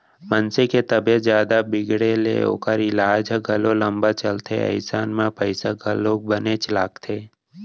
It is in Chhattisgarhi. मनसे के तबीयत जादा बिगड़े ले ओकर ईलाज ह घलौ लंबा चलथे अइसन म पइसा घलौ बनेच लागथे